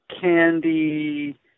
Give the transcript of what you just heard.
Candy